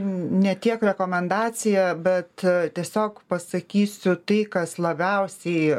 ne tiek rekomendacija bet tiesiog pasakysiu tai kas labiausiai